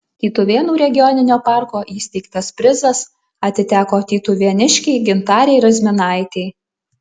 tytuvėnų regioninio parko įsteigtas prizas atiteko tytuvėniškei gintarei razminaitei